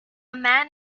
man